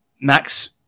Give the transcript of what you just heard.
Max